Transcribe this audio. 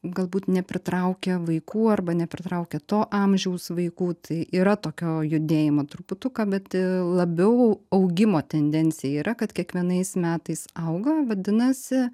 galbūt nepritraukia vaikų arba nepritraukia to amžiaus vaikų tai yra tokio judėjimo truputuką bet labiau augimo tendencija yra kad kiekvienais metais auga vadinasi